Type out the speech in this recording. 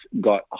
got